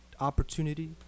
opportunity